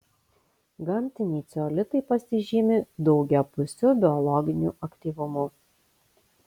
gamtiniai ceolitai pasižymi daugiapusiu biologiniu aktyvumu